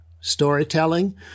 storytelling